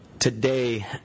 today